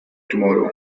tomorrow